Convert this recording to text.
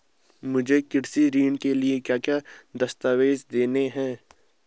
मुझे कृषि ऋण के लिए क्या क्या दस्तावेज़ देने हैं?